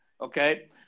Okay